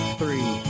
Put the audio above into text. three